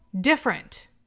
different